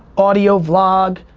audio, vlog,